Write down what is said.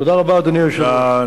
תודה רבה, אדוני היושב-ראש.